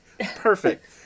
Perfect